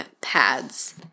pads